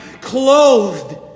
clothed